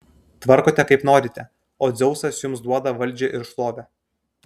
tvarkote kaip norite o dzeusas jums duoda valdžią ir šlovę